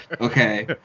okay